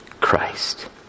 Christ